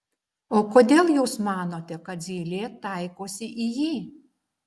o kodėl jūs manote kad zylė taikosi į jį